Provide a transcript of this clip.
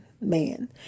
man